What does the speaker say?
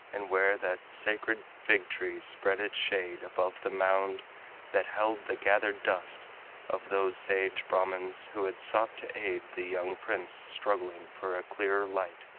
and where that sacred fig-tree spread its shade above the mound that held the gathered dust of those sage brahmans who had sought to aid the young prince struggling for a clearer light,